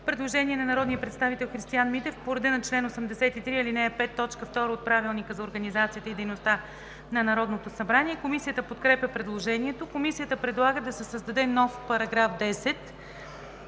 Предложение от народния представител Емил Димитров по реда на чл. 83, ал. 5, т. 2 от Правилника за организацията и дейността на Народното събрание. Комисията подкрепя предложението. Комисията предлага да се създаде нов § 2: „§ 2.